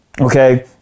Okay